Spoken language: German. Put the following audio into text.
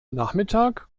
nachmittag